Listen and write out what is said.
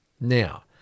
Now